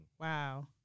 wow